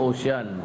Ocean